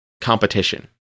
competition